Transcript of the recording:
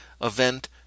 event